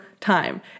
time